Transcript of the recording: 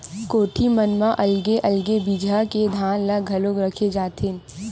कोठी मन म अलगे अलगे बिजहा के धान ल घलोक राखे जाथेन